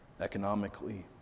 economically